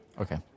Okay